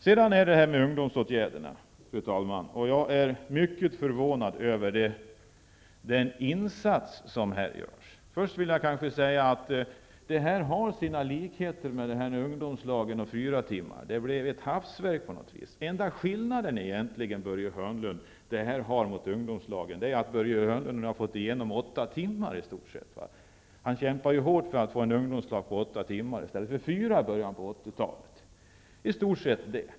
Sedan gäller det detta med ungdomsåtgärderna. Jag är mycket förvånad över den insats som görs här. Låt mig först säga att detta har sina likheter med ungdomslagen och fyra timmars arbetsdag. Det blev ett hafsverk. Enda skillnaden i detta förslag, Börje Hörnlund, är att Börje Hörnlund har fått igenom åtta timmars arbetsdag. Han kämpade ju hårt för att få en ungdomslag med åtta timmars arbetsdag i stället för fyra i början av 80-talet.